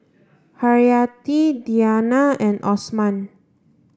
Haryati Diyana and Osman